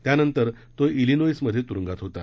त्यानंतर तो शिलोईस मधे तुरुंगात होता